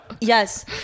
Yes